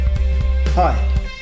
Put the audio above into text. Hi